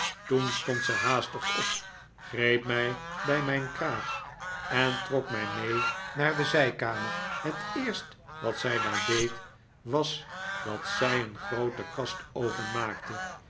toen stond zij haastig op greep mij bij mijn kraag en trok mij mee naar de zijkamer het eerst wat zij daar deed was dat zij een groote kast openmaakte